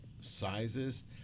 sizes